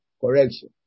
correction